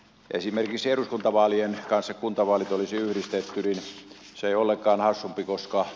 esimerkiksi eduskuntavaalien kanssa kuntavaalit olisi yhdistetty se olekaan hassumpi koska